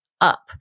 up